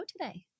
today